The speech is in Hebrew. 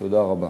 תודה רבה.